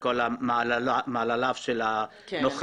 שלום,